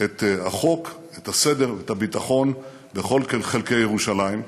את החוק, את הסדר ואת הביטחון בכל חלקי ירושלים,